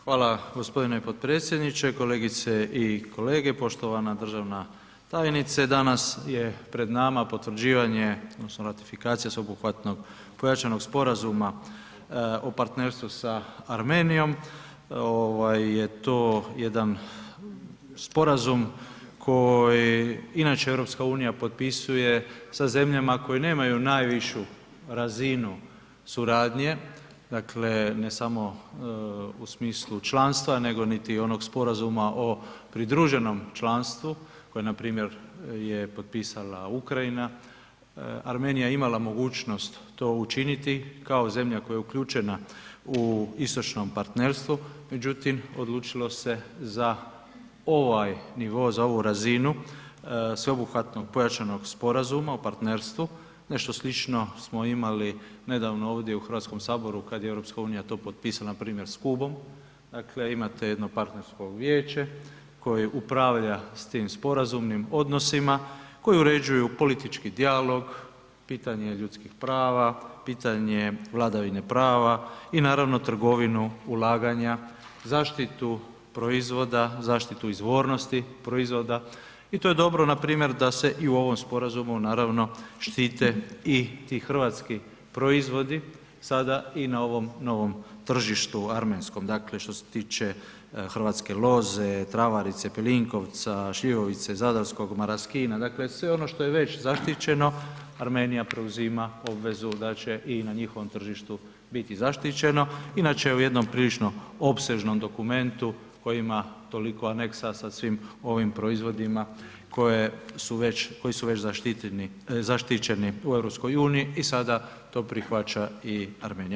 Hvala g. potpredsjedniče, kolegice i kolege, poštovana državna tajnice, danas je pred nama potvrđivanje odnosno ratifikacija sveobuhvatnog pojačanog sporazuma o partnerstvu sa Armenijom ovaj je to jedan sporazum koji inače EU potpisuje sa zemljama koje nemaju najvišu razinu suradnje, dakle ne samo u smislu članstva, nego niti onog sporazuma o pridruženom članstvu koje npr. je potpisala Ukrajina, Armenija je imala mogućnost to učiniti kao zemlja koja je uključena u istočnom partnerstvu, međutim odlučilo se za ovaj nivo, za ovu razinu sveobuhvatnog pojačanog sporazuma u partnerstvu, nešto slično smo imali nedavno ovdje u HS kad je EU to potpisala npr. s Kubom, dakle imate jedno partnersko vijeće koje upravlja s tim sporazumnim odnosima koji uređuju politički dijalog, pitanje ljudskih prava, pitanje vladavine prava i naravno trgovinu ulaganja, zaštitu proizvoda, zaštitu izvornosti proizvoda i to je dobro npr. da se i u ovom sporazumu naravno štite i ti hrvatski proizvodi sada i na ovom novom tržištu armenskom, dakle što se tiče hrvatske loze, travarice, pelinkovca, šljivovice, zadarskog maraskina, dakle sve ono što je već zaštićeno, Armenija preuzima obvezu da će i na njihovom tržištu biti zaštićeno i da će u jednom prilično opsežnom dokumentu koji ima toliko aneksa sa svim ovim proizvodima koje su već, koji su već zaštićeni u EU i sada to prihvaća i Armenija.